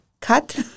cut